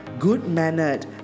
good-mannered